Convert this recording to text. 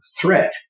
threat